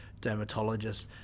dermatologists